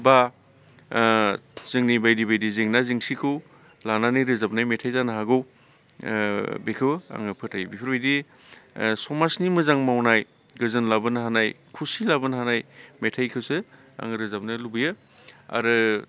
बा जोंनि बायदि बायदि जेंना जेंसिखौ लानानै रोजाबनाय मेथाइ जानो हागौ बेखौ आङो फोथायो बेफोरबायदि समाजनि मोजां मावनाय गोजोन लाबोनो हानाय खुसि लाबोनो हानाय मेथाइखौसो आं रोजाबनो लुबैयो आरो